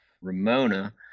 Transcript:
Ramona